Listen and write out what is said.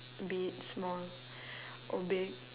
be it small or big